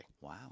Wow